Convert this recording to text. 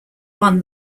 won